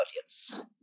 audience